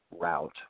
route